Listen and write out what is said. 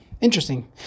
Interesting